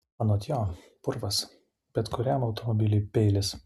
anot jo purvas bet kuriam automobiliui peilis